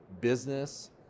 business